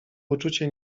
uczucie